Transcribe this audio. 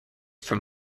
from